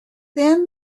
thin